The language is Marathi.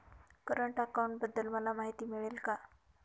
करंट अकाउंटबद्दल मला माहिती मिळेल का?